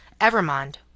Evermond